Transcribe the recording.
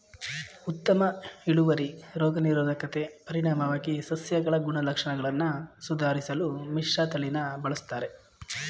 ಉತ್ತಮ ಇಳುವರಿ ರೋಗ ನಿರೋಧಕತೆ ಪರಿಣಾಮವಾಗಿ ಸಸ್ಯಗಳ ಗುಣಲಕ್ಷಣಗಳನ್ನು ಸುಧಾರ್ಸಲು ಮಿಶ್ರತಳಿನ ಬಳುಸ್ತರೆ